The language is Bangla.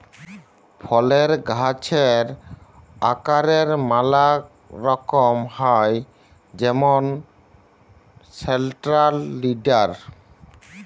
ফলের গাহাচের আকারের ম্যালা রকম হ্যয় যেমল সেলট্রাল লিডার